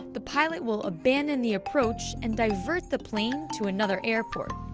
the pilot will abandon the approach and divert the plane to another airport.